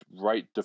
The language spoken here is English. right